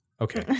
Okay